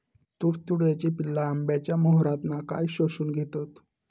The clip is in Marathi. तुडतुड्याची पिल्ला आंब्याच्या मोहरातना काय शोशून घेतत?